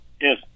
Yes